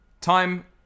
Time